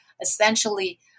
essentially